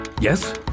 Yes